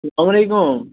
سلام علیکُم